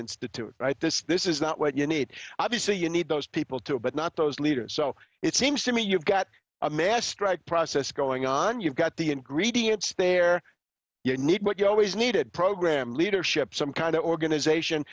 institute right this this is not what you need obviously you need those people to but not those leaders so it seems to me you've got a mass strike process going on you've got the ingredients there you need what you always needed program leadership some kind of organization